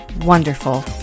Wonderful